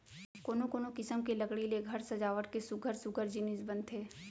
कोनो कोनो किसम के लकड़ी ले घर सजावट के सुग्घर सुग्घर जिनिस बनथे